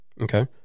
Okay